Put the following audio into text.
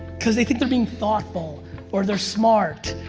cause they think they're being thoughtful or they're smart,